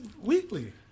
weekly